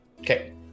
Okay